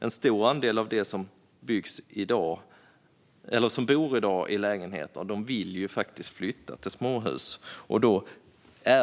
En stor andel av dem som i dag bor i lägenheter vill flytta till småhus.